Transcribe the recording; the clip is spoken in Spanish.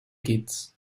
kids